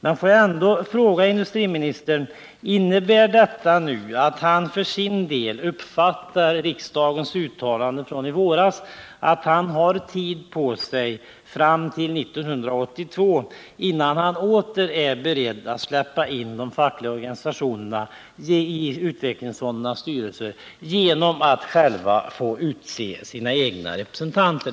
Jag vill nu fråga industriministern: Innebär detta att industriministern för sin del uppfattar riksdagens uttalande från i våras så, att han har tid på sig fram till 1982 när det gäller att ta ställning till frågan om de fackliga organisationerna själva skall få utse sina representanter till utvecklingsfondernas styrelser?